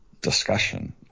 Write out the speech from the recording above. discussion